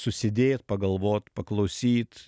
susidėt pagalvot paklausyt